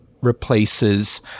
replaces